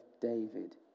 David